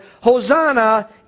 Hosanna